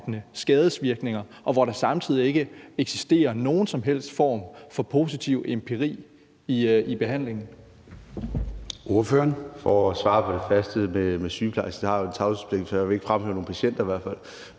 skadesvirkninger, og hvor der samtidig ikke eksisterer nogen som helst form for positiv empiri i behandlingen.